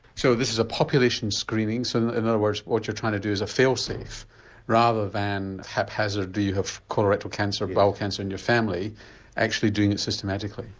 so this is a population screening, so in other words what you're trying to do is a failsafe rather than haphazard do you have colorectal cancer, bowel cancer in your family actually doing it systematically?